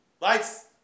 lights